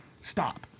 stop